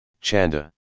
Chanda